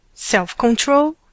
Self-Control